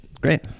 Great